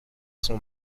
son